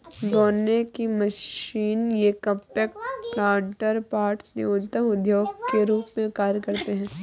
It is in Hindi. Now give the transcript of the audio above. बोने की मशीन ये कॉम्पैक्ट प्लांटर पॉट्स न्यूनतर उद्यान के रूप में कार्य करते है